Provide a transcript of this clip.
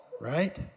right